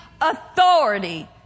authority